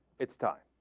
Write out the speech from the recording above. its time